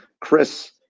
Chris